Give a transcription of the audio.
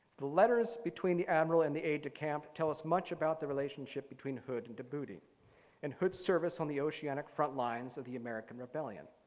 the letters between the admiral and the aide-de-camp tell us much about the relationship between hood and de bude and hood's service on the oceanic front lines of the american rebellion,